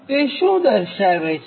તે શું દર્શાવે છે